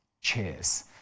cheers